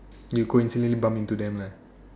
you coincidentally bump into them lah